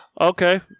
Okay